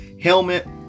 helmet